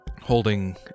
Holding